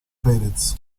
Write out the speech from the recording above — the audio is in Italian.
pérez